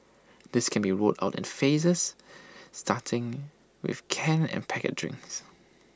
this can be rolled out in phases starting with canned and packet drinks